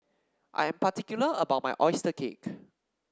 I am particular about my oyster cake